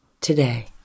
today